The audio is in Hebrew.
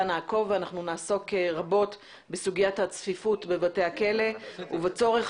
נעקוב ונעסוק רבות בסוגיית הצפיפות בבתי הכלא ובצורך